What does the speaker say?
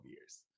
years